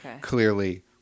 clearly